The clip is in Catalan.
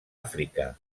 àfrica